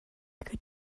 could